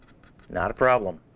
not a problem.